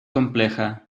compleja